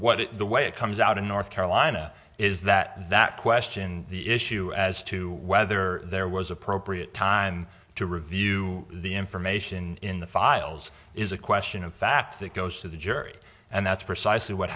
what the way it comes out in north carolina is that that question the issue as to whether there was appropriate time to review the information in the files is a question of fact that goes to the jury and that's precisely what